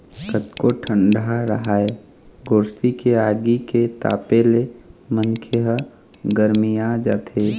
कतको ठंडा राहय गोरसी के आगी के तापे ले मनखे ह गरमिया जाथे